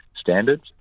standards